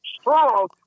strong